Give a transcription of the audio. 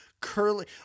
curly